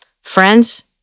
Friends